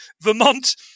Vermont